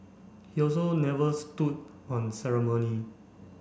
he also never stood on ceremony